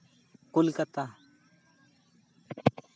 Kolkata